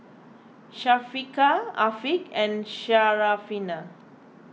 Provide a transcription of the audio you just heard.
Syafiqah Afiq and Syarafina